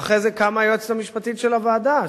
ואחרי זה קמה היועצת המשפטית של הוועדה,